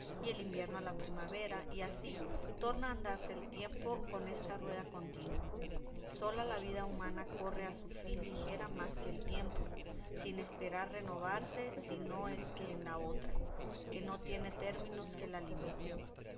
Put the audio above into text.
y el invierno a la primavera y así torna a andarse el tiempo con esta rueda continua sola la vida humana corre a su fin ligera más que el tiempo sin esperar renovarse si no es en la otra que no tiene términos que la limiten